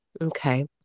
Okay